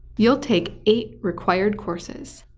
you'll take eight required courses.